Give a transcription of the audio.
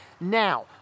Now